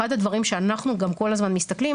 אחד הדברים שאנחנו גם כל הזמן מסתכלים,